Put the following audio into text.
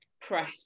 press